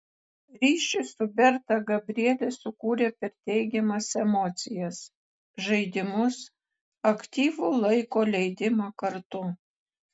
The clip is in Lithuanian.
ryšį su berta gabrielė sukūrė per teigiamas emocijas žaidimus aktyvų laiko leidimą kartu